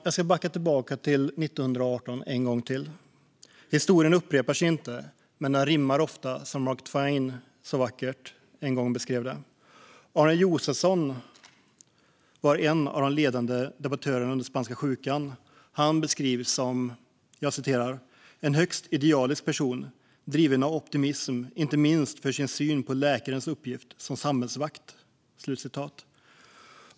Jag ska backa tillbaka till 1918 en gång till. Historien upprepar sig inte, men den rimmar ofta, som Mark Twain en gång så vackert beskrev det. Arnold Josefson var en av de ledande debattörerna under spanska sjukan. Han beskrivs som en högst idealisk person driven av optimism, inte minst för sin syn på läkarens uppgift som samhällsvakt.